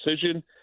decision